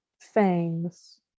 fangs